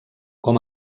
com